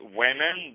women